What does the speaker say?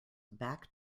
back